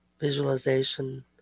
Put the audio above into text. visualization